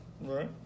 Right